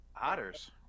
Otters